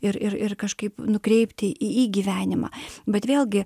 ir ir ir kažkaip nukreipti į gyvenimą bet vėlgi